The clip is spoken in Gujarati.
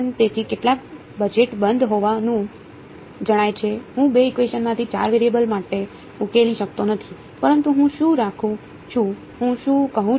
તેથી કેટલાક બજેટ બંધ હોવાનું જણાય છે હું 2 ઇકવેશનમાંથી 4 વેરિયેબલ માટે ઉકેલી શકતો નથી પરંતુ હું શું રાખું છું હું શું કહું છું